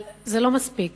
אבל זה לא מספיק.